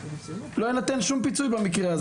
לא יינתן פיצוי,